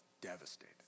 devastated